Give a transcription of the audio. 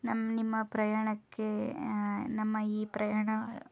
ನಮ್ಮ ನಿಮ್ಮ ಪ್ರಯಾಣಕ್ಕೆ ನಮ್ಮ ಈ ಪ್ರಯಾಣ